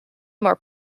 more